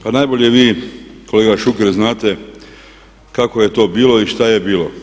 Pa najbolje vi kolega Šuker znate kako je to bilo i šta je bilo.